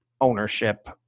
ownership